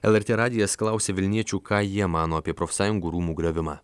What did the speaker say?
lrt radijas klausė vilniečių ką jie mano apie profsąjungų rūmų griovimą